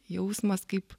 jausmas kaip